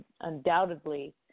undoubtedly